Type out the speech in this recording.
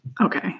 Okay